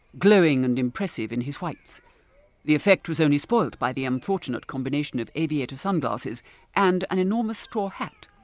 glowing and impressive in his whites the effect was only spoilt by the unfortunate combination of aviator sunglasses and an enormous straw hat,